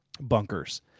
bunkers